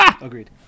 Agreed